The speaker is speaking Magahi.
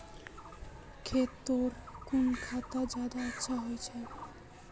खेतोत कुन खाद ज्यादा अच्छा होचे?